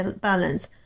balance